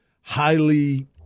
highly